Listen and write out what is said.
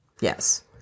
Yes